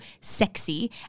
sexy